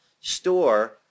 store